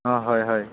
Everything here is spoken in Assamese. অঁ হয় হয়